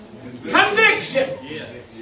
conviction